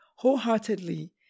wholeheartedly